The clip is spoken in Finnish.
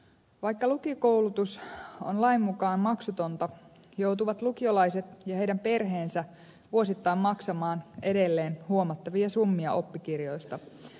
vaikka lukiokoulutus on lain mukaan maksutonta joutuvat lukiolaiset ja heidän perheensä vuosittain maksamaan edelleen huomattavia summia oppikirjoista